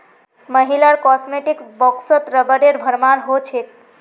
महिलार कॉस्मेटिक्स बॉक्सत रबरेर भरमार हो छेक